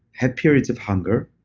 have periods of hunger.